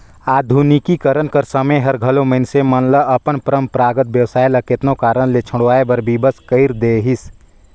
आधुनिकीकरन कर समें हर घलो मइनसे मन ल अपन परंपरागत बेवसाय ल केतनो कारन ले छोंड़वाए बर बिबस कइर देहिस